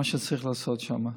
מה שצריך לעשות שם.